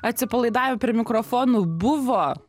atsipalaidavę prie mikrofonų buvo